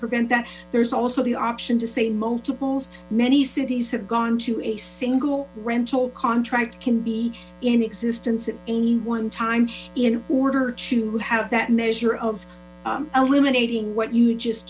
prevent that there's also the option to say multiples many cities have gone to a single rental contract can be in existence at any one time in order to have that measure of eliminating what you just